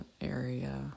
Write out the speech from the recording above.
area